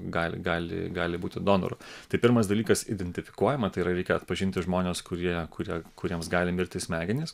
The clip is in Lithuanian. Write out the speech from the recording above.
gali gali gali būti donoru tai pirmas dalykas identifikuojama tai yra reikia atpažinti žmones kurie kurie kuriems gali mirti smegenys